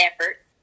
effort